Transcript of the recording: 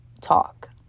talk